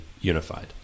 unified